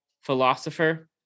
philosopher